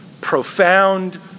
profound